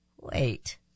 Wait